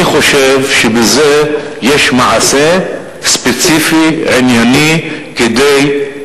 אני חושב שבזה יש מעשה ספציפי, ענייני, כדי,